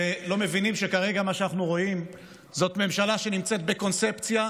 ולא מבינים שכרגע מה שאנחנו רואים זאת ממשלה שנמצאת בקונספציה,